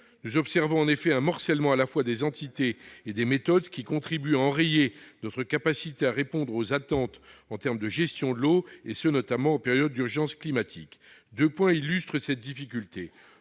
Nous observons en effet un morcellement à la fois des entités et des méthodes, ce qui contribue à enrayer notre capacité à répondre aux attentes en termes de gestion de l'eau, et ce notamment en période d'urgence climatique. Deux points illustrent cette difficulté.